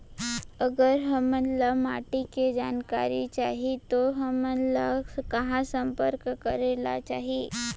अगर हमन ला माटी के जानकारी चाही तो हमन ला कहाँ संपर्क करे ला चाही?